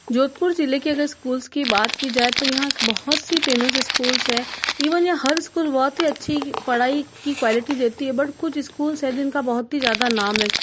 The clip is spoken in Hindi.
जोधपुर जिले के अगर स्कूल्स की बात की जाए तो यहाँ बहुत सी फ़ेमस स्कूल्स हैं ईविन यहाँ हर स्कूल बहुत अच्छी पढ़ाई की क्वालिटी देती है बट कुछ स्कूलस है जिनका बहुत ही ज़्यादा नाम है